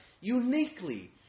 uniquely